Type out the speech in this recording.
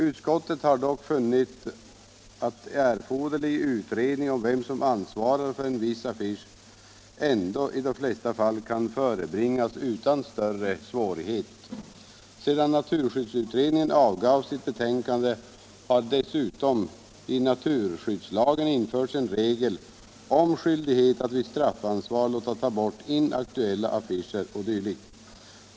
Utskottet har dock funnit att erforderlig utredning om vem som ansvarar för en viss affisch ändå i de flesta fall kan förebringas utan större svårighet. Sedan naturskyddsutredningen avgav sitt betänkande har dessutom i naturskyddslagen införts en regel om skyldighet att vid straffansvar låta ta bort inaktuella affischer o. d.